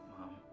Mom